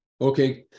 Okay